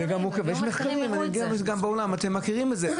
זה גם בעולם, אתם מכירים את זה.